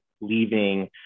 leaving